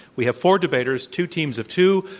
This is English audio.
we have four debaters, two teams of two,